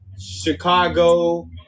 Chicago